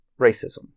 racism